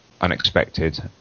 unexpected